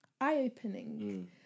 eye-opening